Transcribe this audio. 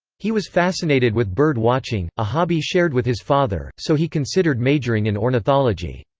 he was fascinated with bird watching, a hobby shared with his father, so he considered majoring in ornithology.